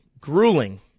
grueling